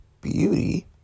beauty